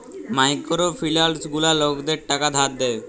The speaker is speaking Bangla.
মাইকোরো ফিলালস গুলা লকদের টাকা ধার দেয়